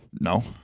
No